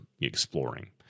exploring